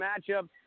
matchup